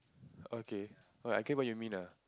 okay what I get what you mean ah